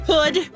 Hood